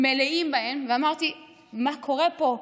מלאים בהן, ואמרתי: מה קורה פה?